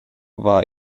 war